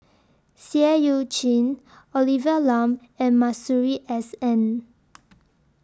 Seah EU Chin Olivia Lum and Masuri S N